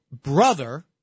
Brother